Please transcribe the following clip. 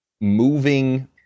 moving